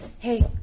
Hey